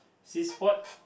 sea sport